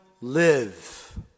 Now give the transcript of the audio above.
live